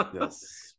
Yes